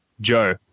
Joe